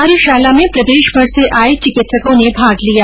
कार्यशाला में प्रदेशभर से आये चिकित्सको ने भाग लिया